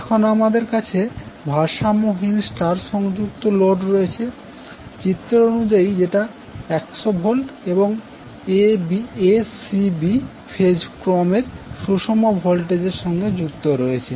এখন আমাদের কাছে ভারসাম্যহীন স্টার সংযুক্ত লোড রয়েছে চিত্রানুযায়ী যেটি 100 V এবং acbফেজ ক্রম এর সুষম ভোল্টেজ এর সঙ্গে যুক্ত রয়েছে